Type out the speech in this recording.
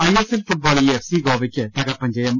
ISL ഫുട്ബോളിൽ FC ഗോവക്ക് തകർപ്പൻ ജയം